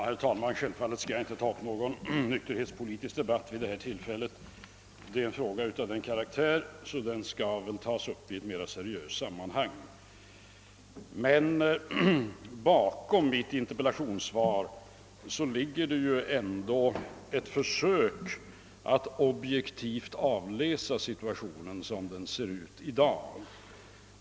Herr talman! Självfallet skall jag vid detta tillfälle inte ge mig in på någon nykterhetspolitisk debatt. En fråga av sådan karaktär bör tas upp i ett mera seriöst sammanhang. Bakom mitt frågesvar ligger ändå ett försök att objektivt avläsa situationen sådan den ser ut i dag.